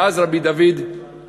ואז רבי דוד אמר,